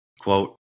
Quote